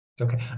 okay